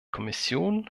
kommission